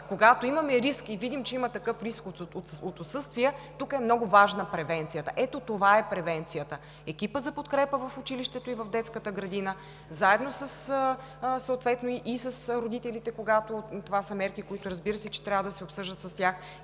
Когато имаме риск и видим, че има такъв риск от отсъствия, много важна е превенцията. Ето това е превенцията – екипът за подкрепа в училището и в детската градина, заедно с родителите, това са мерки, които, разбира се, че трябва да се обсъждат с тях,